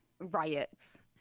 riots